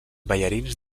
ballarins